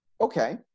okay